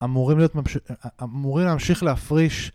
אמורים להמשיך להפריש.